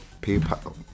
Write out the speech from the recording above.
PayPal